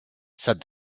said